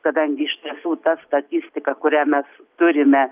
kadangi iš tiesų ta statistika kurią mes turime